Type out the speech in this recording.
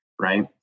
right